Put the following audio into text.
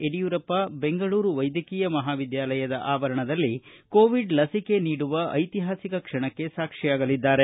ಯಡಿಯೂರಪ್ಪ ಬೆಂಗಳೂರು ವೈದ್ಯಕೀಯ ಮಹಾವಿದ್ಯಾಲಯದ ಆವರಣದಲ್ಲಿ ಕೋವಿಡ್ ಲಸಿಕೆ ನೀಡುವ ಐತಿಹಾಸಿಕ ಕ್ಷಣಕ್ಕೆ ಸಾಕ್ಷಿಯಾಗಲಿದ್ದಾರೆ